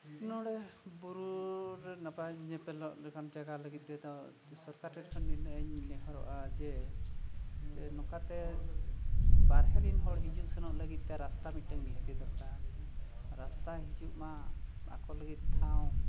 ᱱᱚᱸᱰᱮ ᱵᱩᱨᱩ ᱨᱮ ᱱᱟᱯᱟᱭ ᱧᱮᱯᱮᱞᱚᱜ ᱞᱮᱠᱟᱱ ᱡᱟᱭᱜᱟ ᱞᱟᱹᱜᱤᱫ ᱛᱮᱫᱚ ᱥᱚᱨᱠᱟᱨ ᱴᱷᱮᱱ ᱠᱷᱚᱱ ᱱᱤᱱᱟᱹᱜ ᱤᱧ ᱱᱮᱦᱚᱨᱚᱜᱼᱟ ᱡᱮ ᱱᱚᱝᱠᱟᱛᱮ ᱵᱟᱨᱦᱮ ᱨᱤᱱ ᱦᱚᱲ ᱦᱤᱡᱩᱜ ᱥᱮᱱᱚᱜ ᱞᱟᱹᱜᱤᱫᱼᱛᱮ ᱨᱟᱥᱛᱟ ᱢᱤᱫᱴᱮᱱ ᱱᱤᱦᱟᱹᱛᱤ ᱫᱚᱨᱠᱟᱨ ᱨᱟᱥᱛᱟ ᱦᱤᱡᱩᱜᱼᱢᱟ ᱟᱠᱚ ᱞᱟᱹᱜᱤᱫ ᱴᱷᱟᱶ